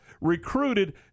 recruited